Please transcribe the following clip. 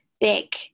big